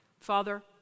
Father